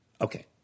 Okay